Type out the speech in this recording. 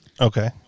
Okay